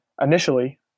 initially